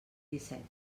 disset